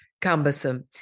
cumbersome